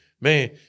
man